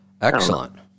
Excellent